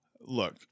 Look